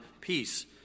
peace